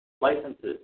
Licenses